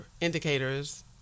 indicators